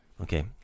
Okay